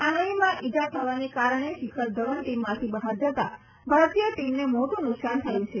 આંગળીમાં ઈજા થવાના કારણે શિખર ધવન ટીમમાંથી બહાર જતા ભારતીય ટીમને મોટુ નુકસાન થયું છે